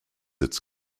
its